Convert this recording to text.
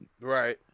Right